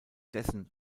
dessen